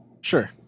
sure